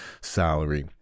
salary